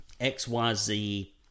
XYZ